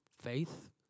faith